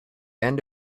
end